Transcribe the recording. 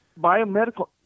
Biomedical